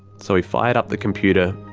so he fired up the computer,